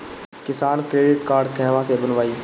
किसान credit card कहवा से बनवाई?